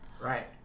Right